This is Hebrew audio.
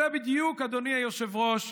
זו בדיוק, אדוני היושב-ראש,